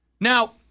Now